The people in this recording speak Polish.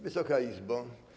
Wysoka Izbo!